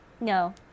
No